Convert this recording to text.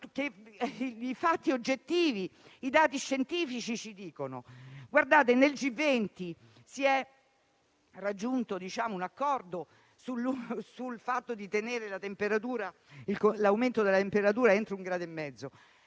i fatti oggettivi e i dati scientifici ci indicano. Nel G20 si è raggiunto un accordo sul mantenere l'aumento della temperatura entro un grado e mezzo.